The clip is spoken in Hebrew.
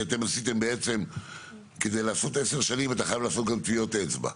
כי כדי לעשות עשר שנים אתה חייב גם לעשות טביעות אצבע,